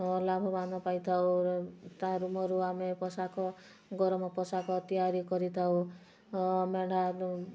ଲାଭବାନ ପାଇଥାଉ ତା' ରୁମରୁ ଆମେ ପୋଷାକ ଗରମ ପୋଷାକ ତିଆରି କରିଥାଉ ମେଣ୍ଢା